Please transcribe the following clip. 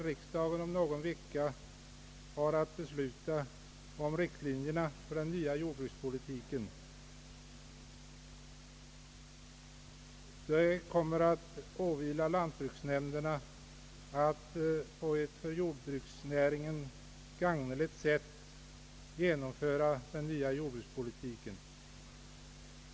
Riksdagen kommer om någon vecka att besluta om riktlinjer för den nya jordbrukspolitiken. Det ankommer sedan på lantbruksnämnderna att på ett för jordbruksnäringen gagneligt sätt genomföra den nya jordbrukspolitiken.